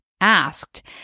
asked